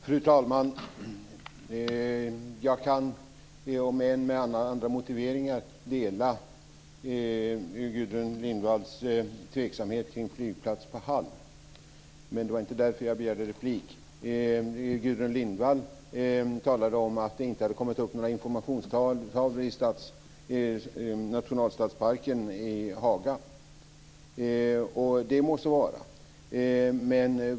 Fru talman! Jag kan, om än med andra motiveringar, dela Gudrun Lindvalls tveksamhet kring flygplats på Hall, men det var inte därför jag begärde replik. Gudrun Lindvall talade om att det inte hade kommit upp några informationstavlor i nationalstadsparken i Haga. Det må så vara.